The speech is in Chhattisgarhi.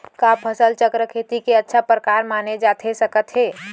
का फसल चक्रण, खेती के अच्छा प्रकार माने जाथे सकत हे?